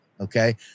Okay